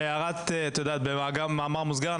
במאמר מוסגר,